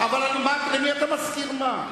למי אתה מזכיר מה?